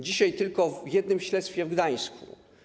Dzisiaj tylko w jednym śledztwie w Gdańsku.